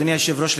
אדוני היושב-ראש,